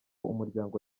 umuryango